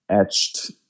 etched